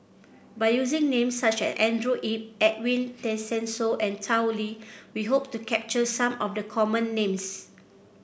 by using names such as Andrew Yip Edwin Tessensohn and Tao Li we hope to capture some of the common names